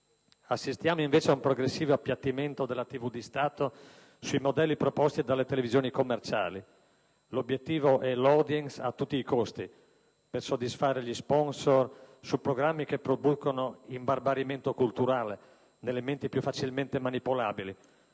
Assistiamo invece a un progressivo appiattimento della TV di Stato sui modelli proposti dalle televisioni commerciali. L'obiettivo è l'*audience* a tutti i costi per soddisfare gli *sponsor* su programmi che producono «imbarbarimento culturale» nelle menti più facilmente manipolabili: